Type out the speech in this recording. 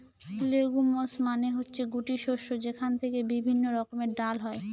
legumes মানে হচ্ছে গুটি শস্য যেখান থেকে বিভিন্ন রকমের ডাল হয়